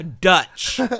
Dutch